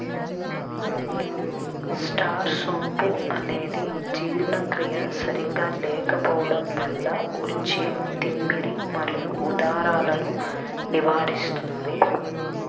star సోంపు అనేది జీర్ణక్రియ సరిగా లేకపోవడం వల్ల వచ్చే తిమ్మిరి మరియు ఉదరాలను నివారిస్తుంది